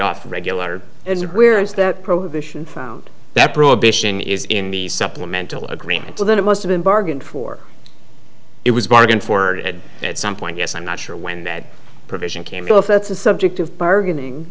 off regular and where is that prohibition found that prohibition is in the supplemental agreement so that it must have been bargained for it was a bargain for ed at some point yes i'm not sure when that provision came through if that's a subject of bargaining